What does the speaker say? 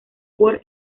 por